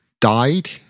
died